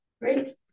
great